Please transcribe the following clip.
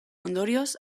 ondorioz